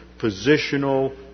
positional